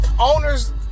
Owners